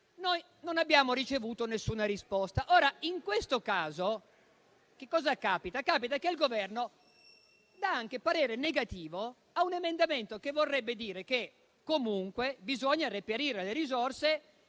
noi non abbiamo ricevuto alcuna risposta. In questo caso capita che il Governo dia anche parere negativo ad un emendamento che vorrebbe dire che comunque bisogna reperire le risorse